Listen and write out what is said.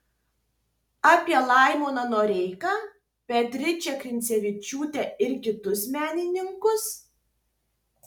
apie laimoną noreiką beatričę grincevičiūtę ir kitus menininkus